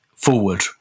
forward